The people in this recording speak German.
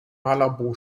malabo